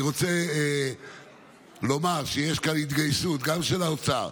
אני רוצה לומר שיש כאן התגייסות גם של האוצר,